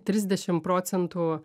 trisdešimt procentų